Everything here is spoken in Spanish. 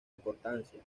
importancia